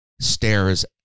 stares